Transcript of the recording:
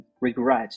regret